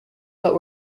but